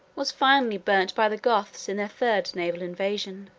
was finally burnt by the goths in their third naval invasion.